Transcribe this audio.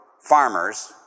farmers